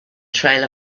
trail